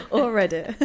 already